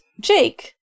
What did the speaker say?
jake